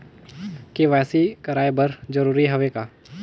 KYC कराय बर जरूरी हवे का?